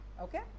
okay